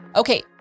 Okay